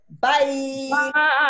Bye